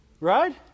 Right